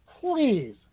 please